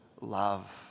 love